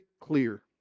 clear